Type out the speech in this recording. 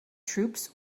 troops